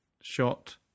shot